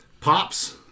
Pops